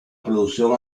producción